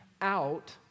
out